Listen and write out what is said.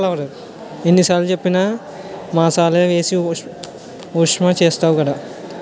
ఎన్ని సారులు చెప్పిన మసాలలే వేసి ఉప్మా చేస్తావు కదా